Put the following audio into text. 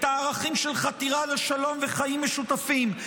את הערכים של חתירה לשלום וחיים משותפים,